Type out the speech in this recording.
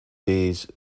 days